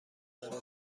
برات